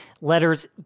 letters